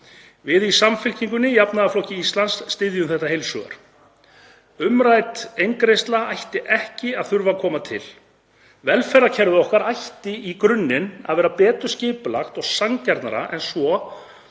Við í Samfylkingunni – jafnaðarflokki Íslands styðjum þetta heils hugar. Umrædd eingreiðsla ætti ekki að þurfa að koma til. Velferðarkerfið okkar ætti í grunninn að vera betur skipulagt og sanngjarnara en svo